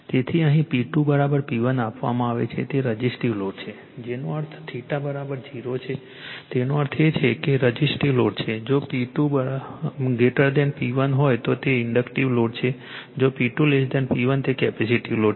તેથી અહીં P2 P1 આપવામાં આવે તો તે રઝિસ્ટીવ લોડ છે જેનો અર્થ 0 છે તેનો અર્થ એ છે કે રઝિસ્ટીવ લોડ છે જો P2 P1 હોય તો તે ઇન્ડક્ટિવ લોડ છે જો P2 P1 તે કેપેસિટીવ લોડ છે